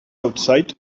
outside